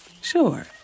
Sure